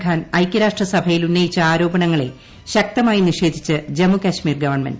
ഖാൻ ഐകൃരാഷ്ട്ര സഭയിൽ ഉന്നയിച്ച ആരോപണങ്ങളെ ശക്തമായി നിഷേധിച്ച് ജമ്മു കാശ്മീർ ഗവൺമെന്റ്